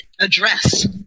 address